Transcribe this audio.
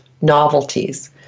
novelties